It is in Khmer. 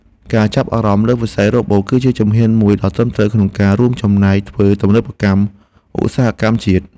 ការចាប់អារម្មណ៍លើវិស័យរ៉ូបូត គឺជាជំហានមួយដ៏ត្រឹមត្រូវក្នុងការចូលរួមចំណែកធ្វើទំនើបកម្មឧស្សាហកម្មជាតិ។